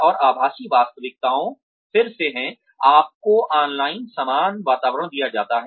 और आभासी वास्तविकता फिर से है आपको ऑनलाइन समान वातावरण दिया जाता है